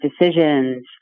decisions